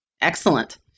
Excellent